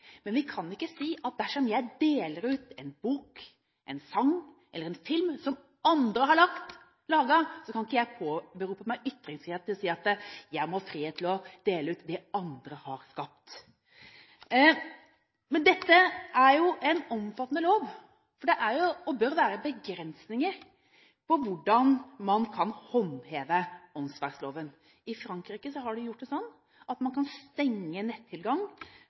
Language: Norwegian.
Dersom jeg deler ut en bok, en sang eller en film som andre har laget, kan ikke jeg påberope meg ytringsfriheten og si at jeg må ha frihet til å dele ut det andre har skapt. Men dette er jo en omfattende lov, for det er og bør være begrensninger på hvordan man kan håndheve åndsverksloven. I Frankrike har de gjort det sånn at man kan stenge nettilgang